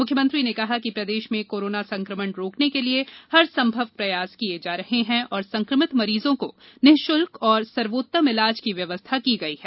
मुख्यमंत्री ने कहा कि प्रदेश में कोरोना संक्रमण रोकने के लिए हर संभव प्रयास किये जा रहे है और संक्रमित मरीजों को निःशुल्क एवं सर्वोत्तम इलाज की व्यवस्था की गई है